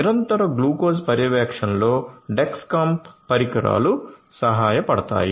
నిరంతర గ్లూకోజ్ పర్యవేక్షణలో డెక్స్కామ్ పరికరాలు సహాయపడతాయి